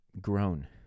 grown